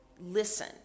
listen